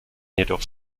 jedoch